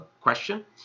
question